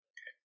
Okay